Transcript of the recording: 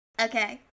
okay